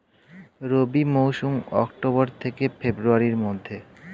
রবি মৌসুম অক্টোবর থেকে ফেব্রুয়ারির মধ্যে